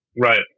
Right